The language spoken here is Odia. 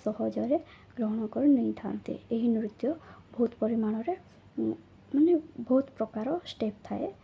ସହଜରେ ଗ୍ରହଣ କରି ନେଇଥାନ୍ତି ଏହି ନୃତ୍ୟ ବହୁତ ପରିମାଣରେ ମାନେ ବହୁତ ପ୍ରକାର ଷ୍ଟେପ୍ ଥାଏ